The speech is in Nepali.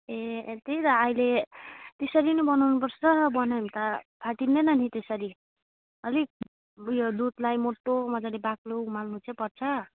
ए ए त्यही त अहिले त्यसरी नै बनाउनुपर्छ बनायो भने त फाटिँदैन नि त्यसरी अलिक उयो दुधलाई मोटो मजाले बाक्लो उमाल्नु चाहिँ पर्छ